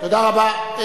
תודה רבה.